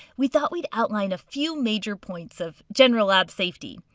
we thought we'd outline a few major points of general lab safety.